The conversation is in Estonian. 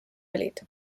olid